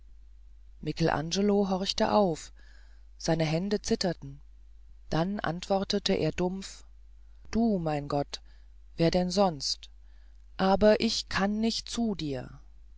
michelangelo horchte auf seine hände zitterten dann antwortete er dumpf du mein gott wer denn sonst aber ich kann nicht zu dir